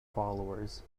followers